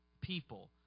people